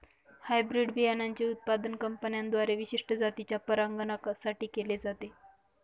hybrid बियाणांचे उत्पादन कंपन्यांद्वारे विशिष्ट जातीच्या परागकणां साठी केले जाते